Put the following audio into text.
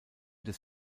des